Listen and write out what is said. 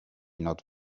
not